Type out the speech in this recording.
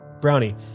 Brownie